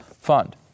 fund